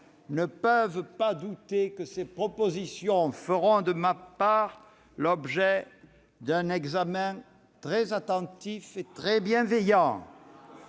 ne peuvent douter que ces propositions feront l'objet de ma part d'un examen très attentif et très bienveillant.